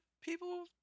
people